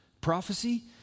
prophecy